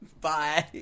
Bye